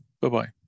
Bye-bye